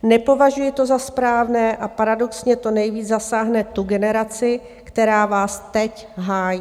Nepovažuji to za správné a paradoxně to nejvíc zasáhne tu generaci, která vás teď hájí.